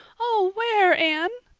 oh, where, anne?